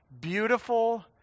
beautiful